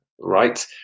right